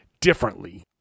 differently